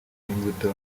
n’imbuto